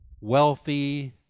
wealthy